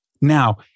Now